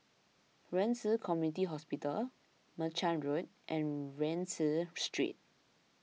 Ren Ci Community Hospital Merchant Road and Rienzi Street